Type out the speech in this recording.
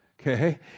okay